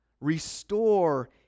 restore